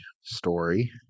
story